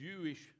Jewish